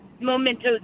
mementos